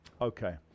Okay